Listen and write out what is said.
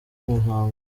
muhango